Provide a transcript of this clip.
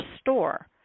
store